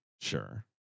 Sure